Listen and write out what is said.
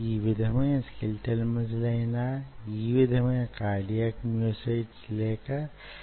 ఈ myotube లు మనం ముందుగానే చెప్పినట్లు సంకోచించే తత్వంగల ఆకారాలు